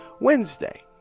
Wednesday